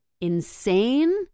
insane